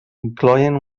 incloïen